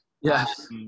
Yes